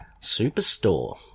Superstore